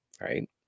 right